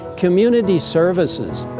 community services.